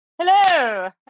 Hello